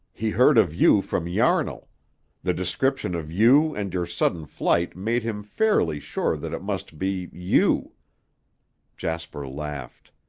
he heard of you from yarnall the description of you and your sudden flight made him fairly sure that it must be you jasper laughed.